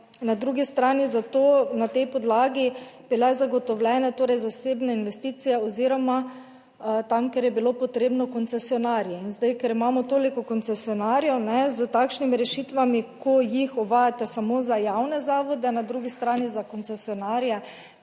na drugi strani zato na tej podlagi bile zagotovljene torej zasebne investicije oziroma tam, kjer je bilo potrebno, koncesionarji. In zdaj, ker imamo toliko koncesionarjev, s takšnimi rešitvami, ko jih uvajate samo za javne zavode, na drugi strani za koncesionarje